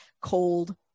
cold